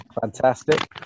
Fantastic